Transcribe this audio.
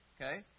Okay